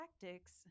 tactics